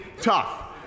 tough